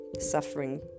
suffering